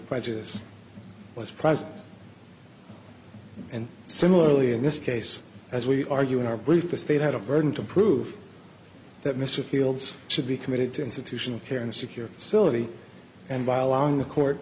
prejudice was present and similarly in this case as we argue in our brief the state had a burden to prove that mr fields should be committed to institutional care in a secure facility and by allowing the court